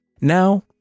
Now